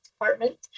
department